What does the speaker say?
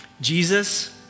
Jesus